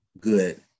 good